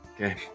okay